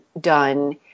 done